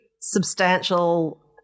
substantial